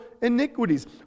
iniquities